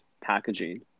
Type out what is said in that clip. packaging